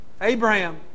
Abraham